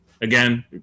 again